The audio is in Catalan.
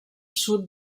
sud